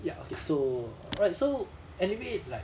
ya okay so alright so anyway like